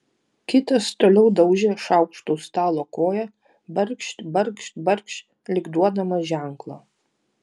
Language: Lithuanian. kitas toliau daužė šaukštu stalo koją barkšt barkšt barkšt lyg duodamas ženklą